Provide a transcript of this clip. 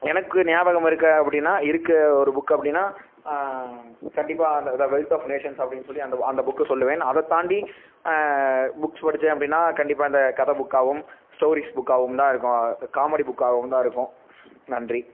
எனக்கு ஞாபகம் இருக்க அப்படின்னா இருக்க ஒரு புக்கு அப்படின்னா கண்டிப்பாக அந்த த வெல்த் ஆஃப் நேஷன்ஸ் அப்படின்னு சொல்லி அந்த அந்த புக்கை சொல்லுவேன் நான் அதைத்தாண்டி புக்ஸ் படித்தேன் அப்படின்னா கண்டிப்பாக இந்த கதை புக்காகவும் ஸ்டோரீஸ் புக்காகவும் தான் இருக்கும் காமெடி புக்காகவும் தான் இருக்கும் நன்றி